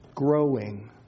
growing